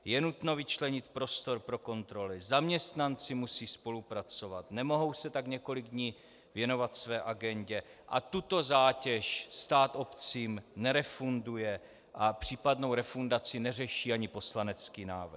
Je nutno vyčlenit prostor pro kontroly, zaměstnanci musí spolupracovat, nemohou se tak několik dní věnovat své agendě a tuto zátěž stát obcím nerefunduje a případnou refundaci neřeší ani poslanecký návrh.